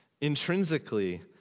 Intrinsically